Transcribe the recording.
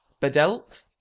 Bedelt